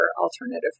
alternative